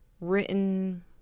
written